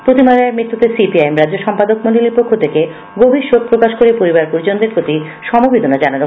প্রতিমা রায়ের মৃত্যুতে C P I M রাজ্য সম্পাদক মন্ডলীর পক্ষ থেকে গভীর শোক প্রকাশ করা হয় ও পরিবার পরিজনদের প্রতি সমবেদনা জানানো হয়